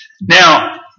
Now